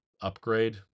upgrade